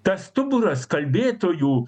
tas stuburas kalbėtojų